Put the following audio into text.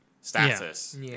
status